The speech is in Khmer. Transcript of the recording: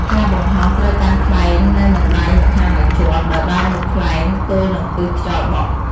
ការបង្ហោះត្រូវកាន់ខ្លែងនៅនឹងដៃម្ខាងឱ្យជាប់ ដោយបែរមុខខ្លែងទល់នឹងទិសខ្យល់បក់។